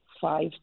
five